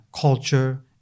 culture